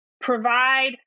provide